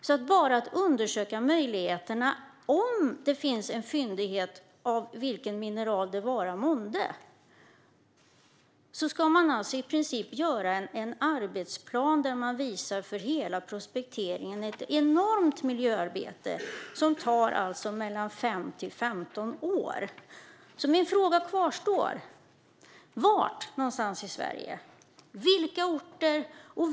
Bara för att undersöka möjligheterna till en fyndighet av vilken mineral det vara månde ska man i princip visa en arbetsplan för hela prospekteringen. Det är ett enormt miljöarbete som tar mellan 5 och 15 år. Mina frågor kvarstår. Var någonstans i Sverige finns oron? På vilka orter?